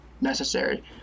necessary